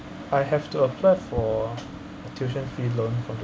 I have to apply for a tuition fee loan from the